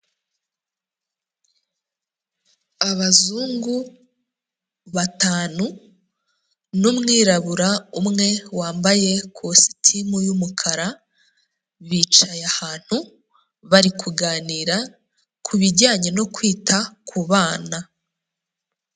Abazungu batanu n'umwirabura umwe wambaye ikositimu y'umukara, bicaye ahantu bari kuganira kubijyanye no kwita ku bana.